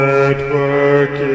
Network